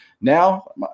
Now